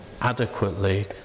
adequately